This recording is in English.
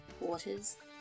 waters